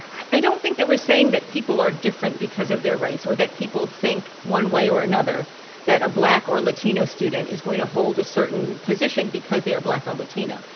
i don't think that we're saying that people are different because of their race or that people think one way or another that a black or latino student is going to hold a certain position because they are black or latino,